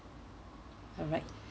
alright